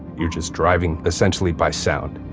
you're just driving, essentially by sound